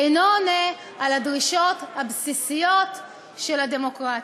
אינו עונה על הדרישות הבסיסיות של הדמוקרטיה.